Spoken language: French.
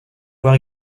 avoir